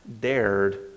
dared